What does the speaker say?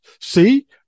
see